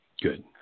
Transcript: good